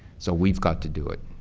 so we've got to do it.